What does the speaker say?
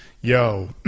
yo